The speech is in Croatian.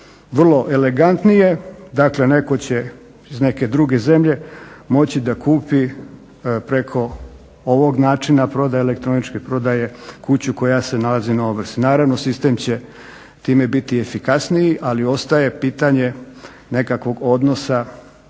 vrlo elegantnije, dakle netko će iz neke druge zemlje moći kupiti preko ovog načina prodaje, elektroničke prodaje kuću koja se nalazi na ovrsi. Naravno, sistem će time biti efikasniji ali ostaje pitanje nekakvog odnosa prema